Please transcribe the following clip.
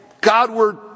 Godward